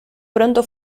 pronto